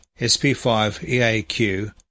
SP5EAQ